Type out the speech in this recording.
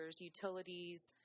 utilities